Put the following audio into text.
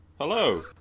Hello